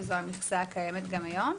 שזו המכסה הקיימת גם היום.